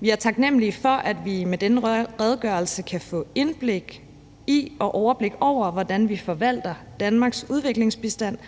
Vi er taknemlige for, at vi med denne redegørelse kan få indblik i og overblik over, hvordan vi forvalter Danmarks udviklingsbistand,